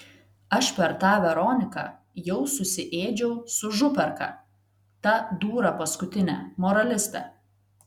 aš per tą veroniką jau susiėdžiau su župerka ta dūra paskutine moraliste